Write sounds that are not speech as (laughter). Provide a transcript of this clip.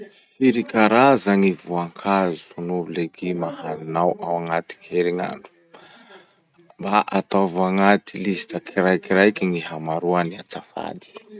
(noise) Firy karaza gny voankazo noho leguma haninao ao agnaty herinandro? Mba ataovo agnaty lista kiraikiraiky gny hamaroany azafady.